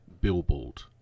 Billboard